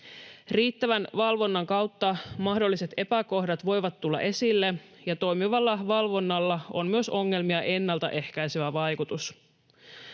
Riittävän valvonnan kautta mahdolliset epäkohdat voivat tulla esille, ja toimivalla valvonnalla on myös ongelmia ennaltaehkäisevä vaikutus.